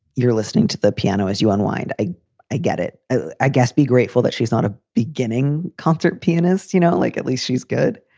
you're listening to the piano as you unwind. i i get it. i guess be grateful that she's not a beginning concert pianist. you know, like, at least she's good.